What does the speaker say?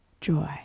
Joy